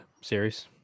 series